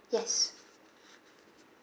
yes